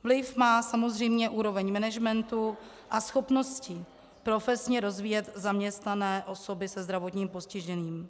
Vliv má samozřejmě úroveň management a schopnosti profesně rozvíjet zaměstnané osoby se zdravotním postižením.